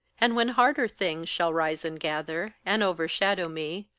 and when harder things shall rise and gather, and overshadow me,